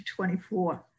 24